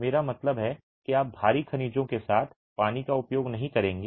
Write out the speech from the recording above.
मेरा मतलब है कि आप भारी खनिजों के साथ पानी का उपयोग नहीं करेंगे